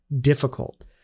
difficult